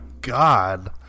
god